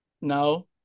No